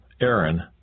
Aaron